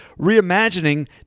reimagining